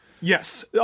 Yes